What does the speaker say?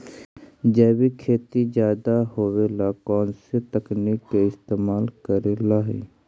जैविक खेती ज्यादा होये ला कौन से तकनीक के इस्तेमाल करेला हई?